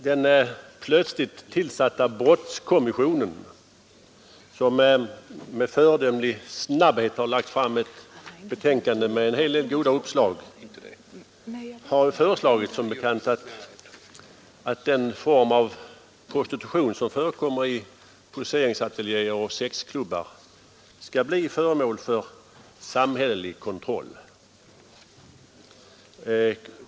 Den plötsligt tillsatta brottskommissionen, som med föredömlig snabbhet lagt fram ett betänkande med en hel del goda uppslag, har som bekant föreslagit att den form av prostitution som förekommer i poseringsateljéer och sexklubbar skall bli föremål för samhällelig kontroll.